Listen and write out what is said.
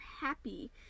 happy